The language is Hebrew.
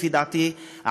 לדעתי,